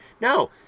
No